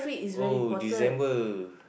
oh December